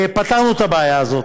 פתרנו את הבעיה הזאת.